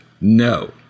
no